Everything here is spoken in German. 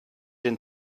den